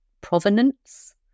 provenance